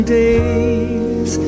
days